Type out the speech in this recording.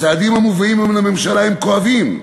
הצעדים המובאים היום לממשלה הם כואבים,